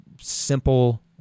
simple